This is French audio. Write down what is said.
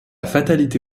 fatalité